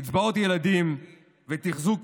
קצבאות ילדים ותחזוק